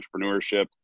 entrepreneurship